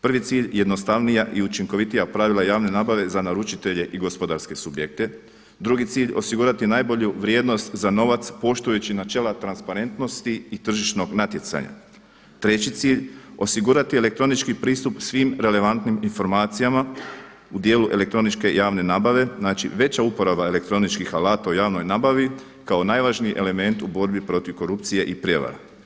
Prvi cilj jednostavnija i učinkovitija pravila javne nabave za naručitelje i gospodarske subjekte, drugi cilj osigurati najbolju vrijednost za novac poštujući načela transparentnosti i tržišnog natjecanja, treći cilj osigurati elektronički pristup svim relevantnim informacijama u djelu elektroničke javne nabave, znači veća uporaba elektroničkih alata u javnoj nabavi kao najvažniji element u borbi protiv korupcije i prijevara.